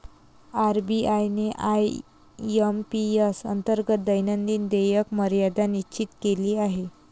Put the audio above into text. RBI ने IMPS अंतर्गत दैनंदिन देयक मर्यादा निश्चित केली आहे